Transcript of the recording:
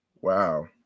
Wow